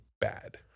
bad